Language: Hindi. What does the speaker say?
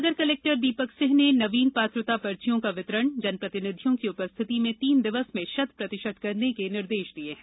सागर कलेक्टर दीपक सिंह ने नवीन पात्रता पर्चियों का वितरण जनप्रतिनिधियों की उपस्थिति में तीन दिवस में शत प्रतिशत करने के निर्देश दिए हैं